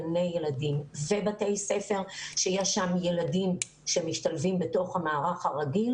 גני ילדים ובתי ספר שיש שם ילדים שמשתלבים בתוך המערך הרגיל.